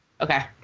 Okay